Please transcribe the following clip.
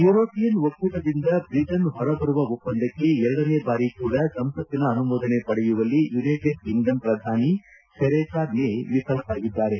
European ಒಕ್ಕೂಟದಿಂದ Britain ಹೊರಬರುವ ಒಪ್ಪಂದಕ್ಕೆ ಎರಡನೇ ಬಾರಿ ಕೂಡ ಸಂಸತ್ತಿನ ಅನುಮೋದನೆ ಪಡೆಯುವಲ್ಲಿ ಯುನೈಟೆಡ್ ಕಿಂಗ್ಡಮ್ ಪ್ರಧಾನಮಂತ್ರಿ ತೆರೇಸಾ ಮೇ ವಿಫಲರಾಗಿದ್ದಾರೆ